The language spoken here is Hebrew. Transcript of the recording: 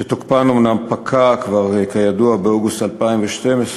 שתוקפן אומנם פקע כבר, כידוע, באוגוסט 2012,